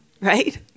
right